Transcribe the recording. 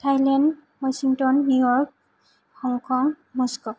Thailand Washington New यर्क हंकं Moscow